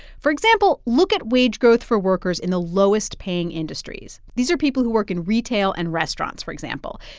for example, look at wage growth for workers in the lowest-paying industries. these are people who work in retail and restaurants, for example.